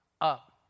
up